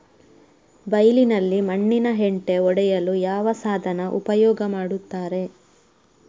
ಬೈಲಿನಲ್ಲಿ ಮಣ್ಣಿನ ಹೆಂಟೆ ಒಡೆಯಲು ಯಾವ ಸಾಧನ ಉಪಯೋಗ ಮಾಡುತ್ತಾರೆ?